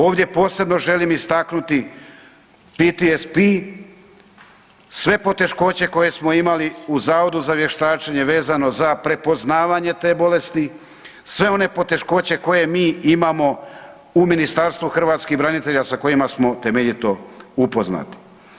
Ovdje posebno želim istaknuti PTSP, sve poteškoće koje smo imali u Zavodu za vještačenje vezano za prepoznavanje te bolesti, sve one poteškoće koje mi imamo u Ministarstvu hrvatskih branitelja sa kojima smo temeljito upoznati.